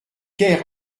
ker